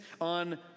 on